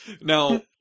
Now